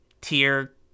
tier